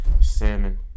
salmon